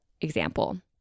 example